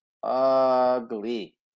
ugly